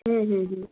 হুম হুম হুম